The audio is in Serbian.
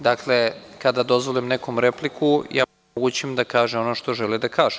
Dakle, kada dozvolim nekome repliku omogućim mu da kaže ono što želi da kaže.